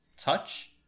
Touch